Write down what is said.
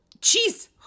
cheese